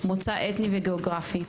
מוצא אתני וגאוגרפי.